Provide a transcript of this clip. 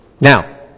Now